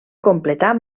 completar